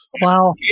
Wow